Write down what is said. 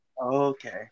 Okay